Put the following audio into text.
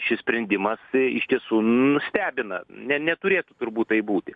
šis sprendimas iš tiesų nustebina ne neturėtų turbūt taip būti